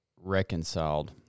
reconciled